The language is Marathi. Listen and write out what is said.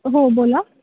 हो बोला